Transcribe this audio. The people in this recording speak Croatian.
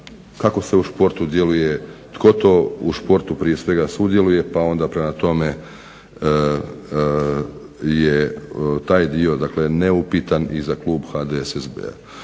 kako se u športu djeluje, tko to u športu prije svega sudjeluje pa onda prema tome je taj dio dakle neupitan i za klub HDSSB-a.